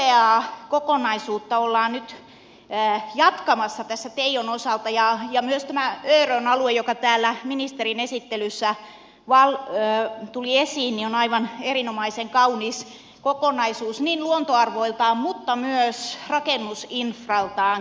aivan upeaa kokonaisuutta ollaan nyt jatkamassa tässä teijon osalta ja myös tämä örön alue joka täällä ministerin esittelyssä tuli esiin on aivan erinomaisen kaunis kokonaisuus luontoarvoiltaan mutta myös rakennusinfraltaan kiinnostava